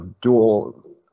dual